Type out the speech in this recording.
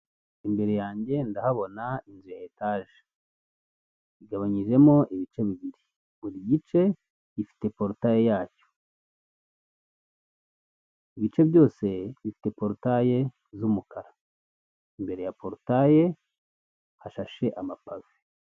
Imbere yanjye ndahabona inzu ya etage igabanyijemo ibice bibiri, buri gice gifite porotaye yacyo, ibice byose bifite porotaye z'umukara, imbere ya porotaye hashashe amapave.